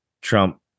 trump